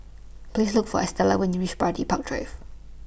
Please Look For Estela when YOU REACH Bidadari Park Drive